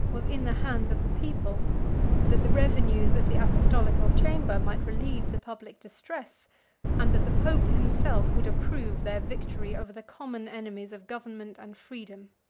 was in the hands of the people that the revenues of the apostolical chamber might relieve the public distress and that the pope himself would approve their victory over the common enemies of government and freedom.